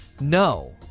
No